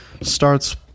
Starts